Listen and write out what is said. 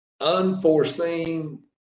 unforeseen